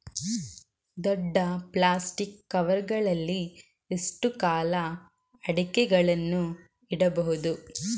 ದೊಡ್ಡ plastic cover ಗಳಲ್ಲಿ ಎಷ್ಟು ಕಾಲ ಅಡಿಕೆಗಳನ್ನು ಇಡಬಹುದು?